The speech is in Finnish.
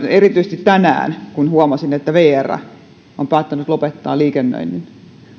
erityisesti kun tänään huomasin että vr on päättänyt lopettaa liikennöinnin